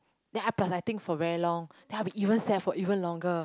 then I plus I think for very long then I'll be even sad for even longer